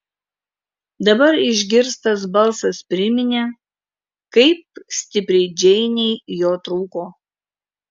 dabar išgirstas balsas priminė kaip stipriai džeinei jo trūko